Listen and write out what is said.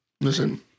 Listen